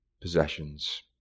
possessions